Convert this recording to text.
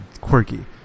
quirky